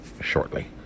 shortly